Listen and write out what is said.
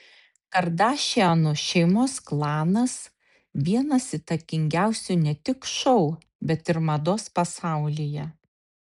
kardašianų šeimos klanas vienas įtakingiausių ne tik šou bet ir mados pasaulyje